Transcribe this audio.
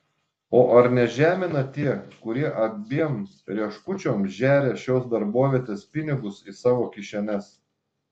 o ar nežemina tie kurie abiem rieškučiom žeria šios darbovietės pinigus į savo kišenes